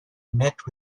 met